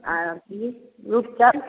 आओर अथी रुपचन